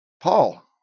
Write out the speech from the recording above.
Paul